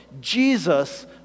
Jesus